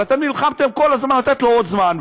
אבל אתם נלחמתם כל הזמן לתת לו עוד זמן,